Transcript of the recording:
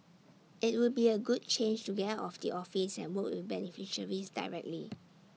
IT would be A good change to get out of the office and work with beneficiaries directly